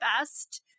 best